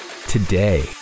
today